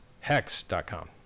Hex.com